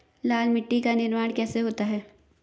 लाल मिट्टी का निर्माण कैसे होता है?